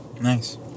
Nice